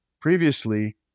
previously